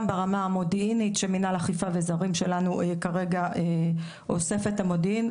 גם ברמה המודיעינית של מנהל האכיפה וזרים שכרגע אוספת את המודיעין,